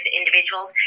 individuals